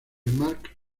mark